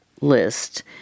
list